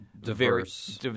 diverse